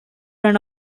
and